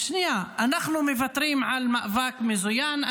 ----- אנחנו מוותרים על מאבק מזוין,